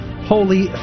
holy